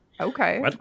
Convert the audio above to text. Okay